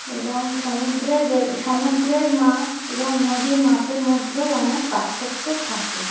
এবং সমুদ্রে গ সমুদ্রের মাছ এবং নদীর মাছের মধ্যেও অনেক পার্থক্য থাকে